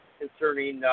concerning